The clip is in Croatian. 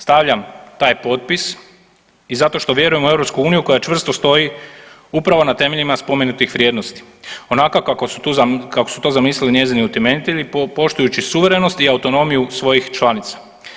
Stavljam taj potpis i zato što vjerujem u EU koja čvrsto stoji upravo na temeljima spomenutih vrijednosti onako kako su to zamislili njezini utemeljitelji poštujući suverenost i autonomiju svojih članica.